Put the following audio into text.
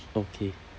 okay